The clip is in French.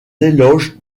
éloges